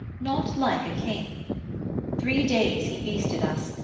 not like a king three days he feasted us,